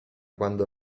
quando